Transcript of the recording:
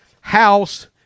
House